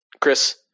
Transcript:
Chris